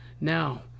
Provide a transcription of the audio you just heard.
Now